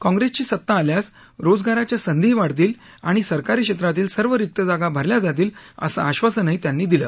काँग्रेसची सत्ता आल्यास रोजगाराच्या संधीही वाढतील आणि सरकारी क्षेत्रातील सर्व रिक्त जागा भरल्या जातील असं आश्वासनही त्यांनी दिलं